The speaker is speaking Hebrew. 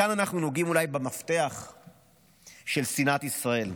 כאן אנחנו נוגעים במפתח של שנאת ישראל.